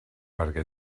perquè